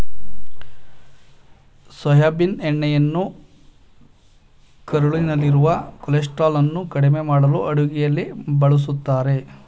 soybean ಎಣ್ಣೆಯನ್ನು ಕರುಳಿನಲ್ಲಿರುವ ಕೊಲೆಸ್ಟ್ರಾಲನ್ನು ಕಡಿಮೆ ಮಾಡಲು ಅಡುಗೆಯಲ್ಲಿ ಬಳ್ಸತ್ತರೆ